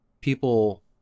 people